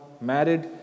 married